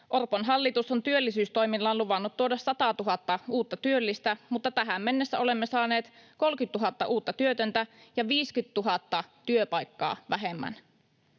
Orpon hallitus on työllisyystoimillaan luvannut tuoda satatuhatta uutta työllistä, mutta tähän mennessä olemme saaneet 30 000 uutta työtöntä ja 50 000 työpaikkaa vähemmän.